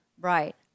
Right